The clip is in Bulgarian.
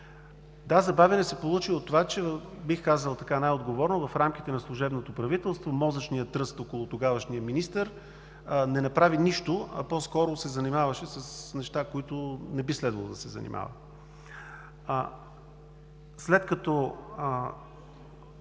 Забавяне се получи от това, бих казал най-отговорно – в рамките на служебното правителство, мозъчният тръст около тогавашния министър не направи нищо, а по-скоро се занимаваше с неща, с които не би следвало да се занимава. След като